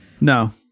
No